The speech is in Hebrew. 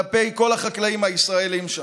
כלפי כל החקלאים הישראלים שם.